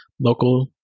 local